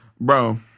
Bro